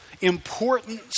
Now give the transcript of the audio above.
important